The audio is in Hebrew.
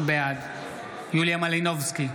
בעד יוליה מלינובסקי,